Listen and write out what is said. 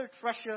treasure